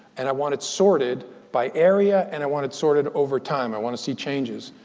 and i want it sorted by area. and i want it sorted over time. i want to see changes.